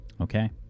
Okay